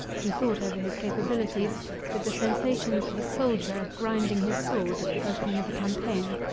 he thought over his capabilities with the sensations of a soldier grinding his sword at the opening of a campaign.